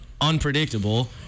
unpredictable